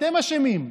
אתם אשמים.